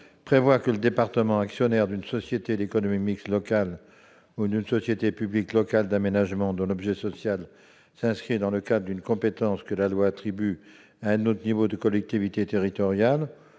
prévoit que le département actionnaire d'une société d'économie mixte locale ou d'une société publique locale d'aménagement dont l'objet social s'inscrit dans le cadre d'une compétence que la loi attribue à un autre niveau de collectivité territoriale